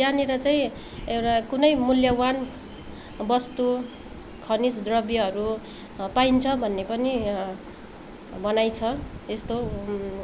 त्यहाँनिर चाहिँ एउटा कुनै मुल्यवान वस्तु खनिज द्रव्यहरू पाइन्छ भन्ने पनि भनाइ छ यस्तो